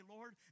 Lord